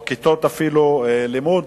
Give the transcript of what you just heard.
או אפילו כיתות לימוד.